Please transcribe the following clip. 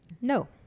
No